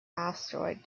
asteroid